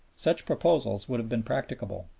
such proposals would have been practicable.